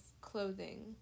clothing